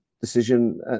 decision